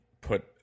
put